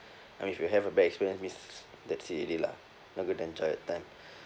I mean if you have a bad experience means that's it already lah not going to enjoy your time